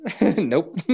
nope